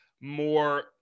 more